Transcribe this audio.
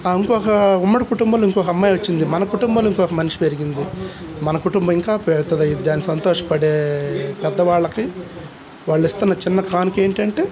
ఇంకొక ఉమ్మడి కుటుంబంలో ఇంకొక అమ్మాయి వచ్చింది మన కుటుంబాలు ఇంకొక మనిషి పెరిగింది మన కుటుంబం ఇంకా పెద్దదవుద్ది అని సంతోషపడే పెద్దవాళ్ళకి వాళ్ళు ఇస్తున్న చిన్న కానుక ఏంటంటే